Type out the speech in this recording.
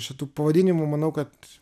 šitų pavadinimų manau kad